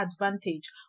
advantage